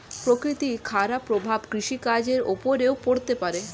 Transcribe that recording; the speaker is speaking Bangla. প্রকৃতির খারাপ প্রভাব কৃষিকাজের উপরেও পড়তে পারে